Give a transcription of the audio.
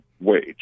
wage